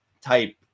Type